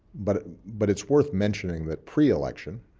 but but it's worth mentioning that pre-election,